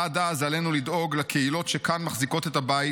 עד אז עלינו לדאוג לקהילות שכאן מחזיקות את הבית